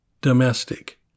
domestic